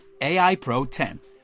AIPRO10